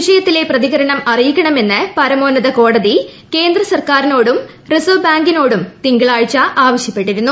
വിഷയത്തിലെ പ്രതികരണം അറിയിക്കണമെന്ന് പരമോന്നത കോടതി കേന്ദ്ര സർക്കാരിനോടും റിസർവ് ബാങ്കിനോടും തിങ്കളാഴ്ച ആവശ്യപ്പെട്ടിരുന്നു